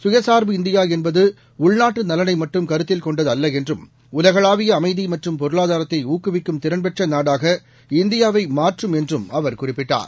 சுயசார்பு இந்தியா என்பது உள்நாட்டு நலனை மட்டும் கருத்தில் கொண்டது அல்ல என்றும் உலகளாவிய அமைதி மற்றும் பொருளாதாரத்தை ஊக்குவிக்கும் திறன் பெற்ற நாடாக இந்தியாவை மாற்றும் என்றும் அவர் குறிப்பிட்டார்